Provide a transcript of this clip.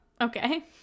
okay